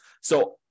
So-